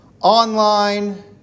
online